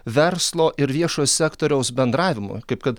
verslo ir viešojo sektoriaus bendravimui kaip kad